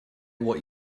what